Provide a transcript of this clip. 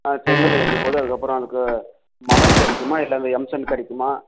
ஆ செங்கல் எப்படி போகுது அதுக்கப்புறம் அதுக்கு மணல் கிடைக்குமா இல்லை எம்செண்ட் கிடைக்குமா